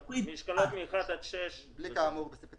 "אשכולות 1 עד 6". "בלי כאמור בסעיף קטן